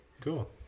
Cool